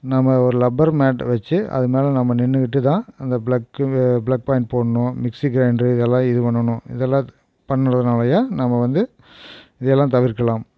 நம்ம ஒரு rubber mat வச்சி அது மேல் நம்ம நின்றுக்கிட்டு தான் அந்த ப்ளக்கு ப்ளக் பாய்ண்ட் போடணும் மிக்சி கிரைண்ட்ரு இதெல்லாம் இது பண்ணணும் இதெல்லாம் பண்ணுறதுனாலேயே நம்ம வந்து இதையெல்லாம் தவிர்க்கலாம்